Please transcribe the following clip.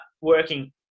working